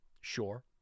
Sure